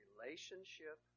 Relationship